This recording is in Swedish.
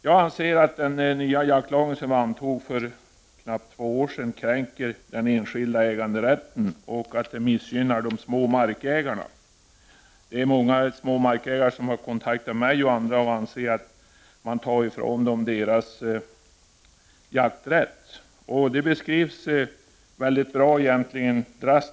Jag anser att den nya jaktlag som antogs för knappt två år sedan kränker den enskilda äganderätten och att de små markägarna missgynnas. Många små markägare, som har kontaktat mig och andra, anser att deras jakträtt har tagits ifrån dem.